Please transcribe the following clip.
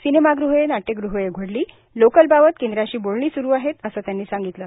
सिनेमाग़हे नाट्यग़हे उघडली लोकलबाबत केंद्राशी बोलणी स्रू आहेत असे त्यांनी सांगितले